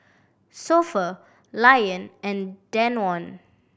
So Pho Lion and Danone